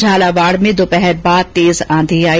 झालावाड़ में दोपहर बाद तेज आंधी आई